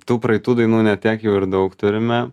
tų praeitų dainų ne tiek jau daug turime